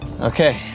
Okay